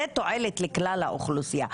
זאת תועלת לכלל האוכלוסייה.